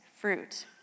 fruit